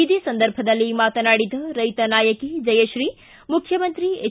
ಇದೇ ಸಂದರ್ಭದಲ್ಲಿ ಮಾತನಾಡಿದ ರೈತ ನಾಯಕಿ ಜಯಶ್ರೀ ಮುಖ್ಯಮಂತ್ರಿ ಎಚ್